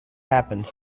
happened